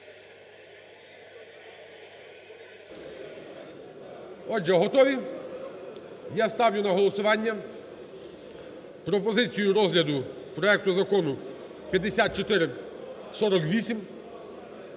Отже, готові? Я ставлю на голосування пропозицію розгляду проекту Закону 5448